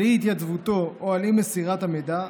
על אי-התייצבותו או על אי-מסירת המידע,